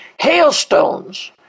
hailstones